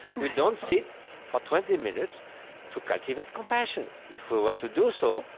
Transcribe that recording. we don't sit for twenty minutes to cultivate compassion. if we were to do so,